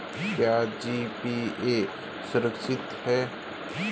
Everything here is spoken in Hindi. क्या जी.पी.ए सुरक्षित है?